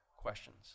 questions